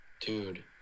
Dude